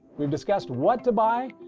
we've discussed what to buy.